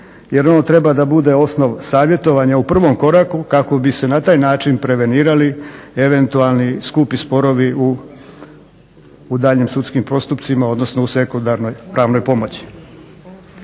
jer on treba da bude osnov savjetovanja u prvom koraku kako bi se na taj način prevenirali eventualni skupi sporovi u daljnjim sudskim postupcima, odnosno u sekundarnoj pravnoj pomoći.